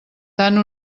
tant